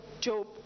Job